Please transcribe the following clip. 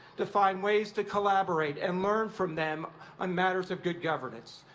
to find ways to collaborate and learn from them on matters of good governance.